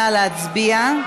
נא להצביע.